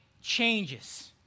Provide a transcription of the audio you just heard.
changes